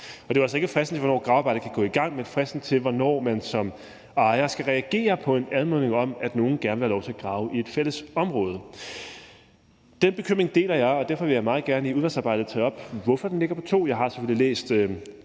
altså ikke fristen for, hvornår gravearbejdet kan gå i gang, men fristen for, hvornår man som ejer skal reagere på en anmodning om, at nogen gerne vil have lov til at grave i et fælles område. Den bekymring deler jeg, og derfor vil jeg meget gerne i udvalgsarbejdet tage op, hvorfor den ligger på 2 måneder. Jeg har selvfølgelig læst